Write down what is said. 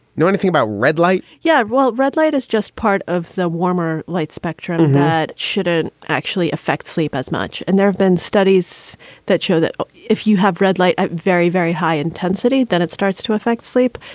know anything about red light? yeah. well, red light is just part of the warmer light spectrum and that shouldn't actually affect sleep as much. and there have been studies that show that if you have red light at very, very high intensity, that it starts to affect sleep.